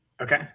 Okay